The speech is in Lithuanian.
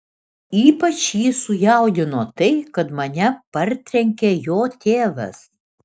ypač jį sujaudino tai kad mane partrenkė jo tėvas